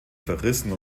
verrissen